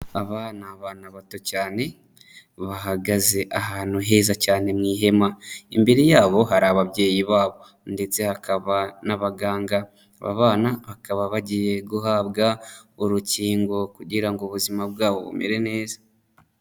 Abana, abana bato cyane bahagaze ahantu heza cyane mu ihema. Imbere yabo hari ababyeyi babo ndetse hakaba n'abaganga, aba bana bakaba bagiye guhabwa urukingo kugira ngo ubuzima bwabo bumere neza.